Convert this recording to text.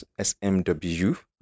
SMW